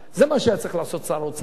זה מה שהיה צריך לעשות שר האוצר.